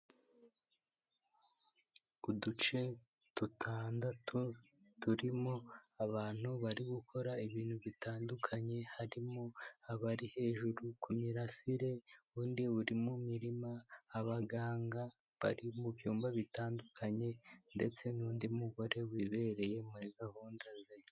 Uduce dutandatu turimo abantu bari gukora ibintu bitandukanye, harimo abari hejuru ku mirasire, undi uri mu mirima, abaganga bari mu byumba bitandukanye ndetse n'undi mugore wibereye muri gahunda ze.